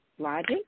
Logic